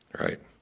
right